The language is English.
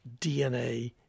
DNA